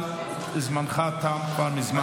אבל זמנך תם כבר מזמן.